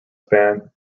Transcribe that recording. span